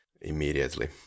immediately